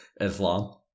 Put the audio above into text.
Islam